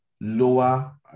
lower